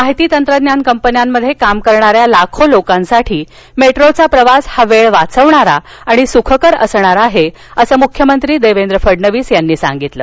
माहिती तंत्रज्ञान कंपन्यांमध्ये काम करणाऱ्या लाखो लोकांसाठी मेट्रोचा प्रवास हा वेळ वाचविणारा आणि सुखकर असणार आहे असं मुख्यमंत्री देवेंद्र फडणवीस यांनी सांगितलं